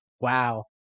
Wow